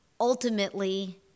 ultimately